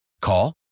call